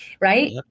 right